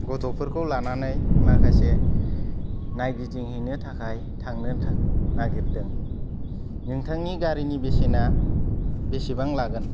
गथ'फोरखौ लानानै माखासे नायगिदिंहैनो थाखाय थांनो नागिरदों नोंथांनि गारिनि बेसेना बेसेबां लागोन